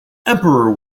emperor